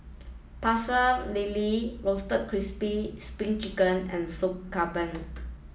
Pecel Lele roasted crispy spring chicken and Sop Kambing